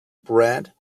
brand